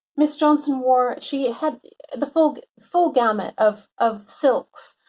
ms. johnson wore, she had the full full garment of of silks,